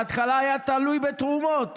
בהתחלה היה תלוי בתרומות.